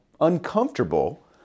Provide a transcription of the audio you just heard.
uncomfortable